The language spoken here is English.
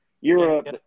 Europe